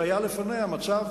שהיה לפניה מצב